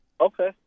Okay